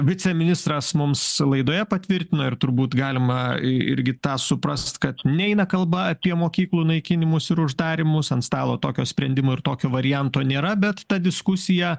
viceministras mums laidoje patvirtino ir turbūt galima į irgi tą suprast kad neina kalba apie mokyklų naikinimus ir uždarymus ant stalo tokio sprendimo ir tokio varianto nėra bet ta diskusija